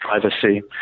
privacy